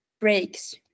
breaks